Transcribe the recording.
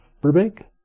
Burbank